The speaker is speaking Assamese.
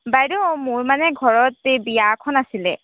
বাইদেউ মোৰ মানে ঘৰত এই বিয়া এখন আছিলে